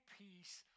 peace